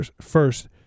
first